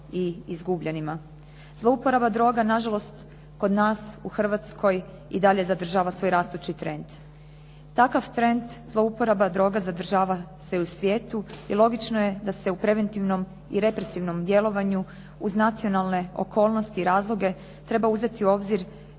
Zlouporaba droga na žalost kod nas u Hrvatskoj i dalje zadržava svoj rastući trend. Takav trend zlouporaba droga zadržava se u svijetu i logično je da se u preventivnom i represivnom djelovanju uz nacionalne okolnosti i razloge treba uzeti u obzir i utjecaj